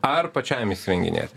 ar pačiam įsirenginėti